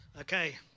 Okay